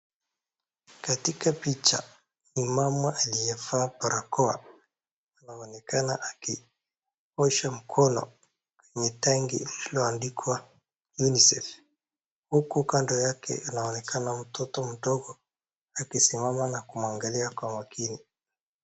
Katika picha ni mama aliyevaa barakoa, inaonekana akiosha mkono kwenye tangi ilioandikwa Unicef. Huku kando yake anaonekana mtoto mdogo amesimama na kumwangalia kwa makini.